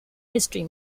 history